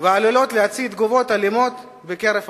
ועלולים להצית תגובות אלימות בקרב הפלסטינים.